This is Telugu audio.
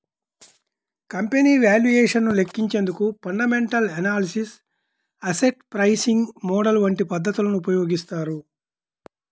కంపెనీ వాల్యుయేషన్ ను లెక్కించేందుకు fundamental analysis, asset pricing model వంటి పద్ధతులను ఉపయోగిస్తారు